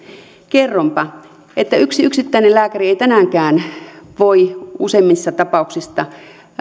kerronpa että yksi yksittäinen lääkäri ei tänäänkään voi useimmissa tapauksissa